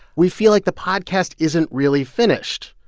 we feel like the podcast isn't really finished.